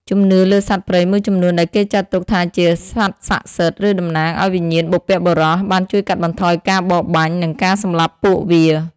ជំនឿលើសត្វព្រៃមួយចំនួនដែលគេចាត់ទុកថាជាសត្វស័ក្តិសិទ្ធិ ឬតំណាងឲ្យវិញ្ញាណបុព្វបុរស បានជួយកាត់បន្ថយការបរបាញ់ និងការសម្លាប់ពួកវា។